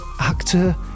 actor